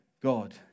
God